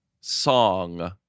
Song